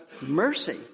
mercy